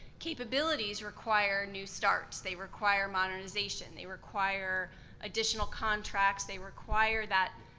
capabilities require new starts. they require modernization. they require additional contracts, they require that,